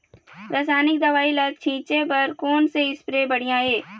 रासायनिक दवई ला छिचे बर कोन से स्प्रे बढ़िया हे?